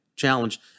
challenge